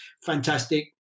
fantastic